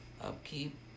upkeep